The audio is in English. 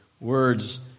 Words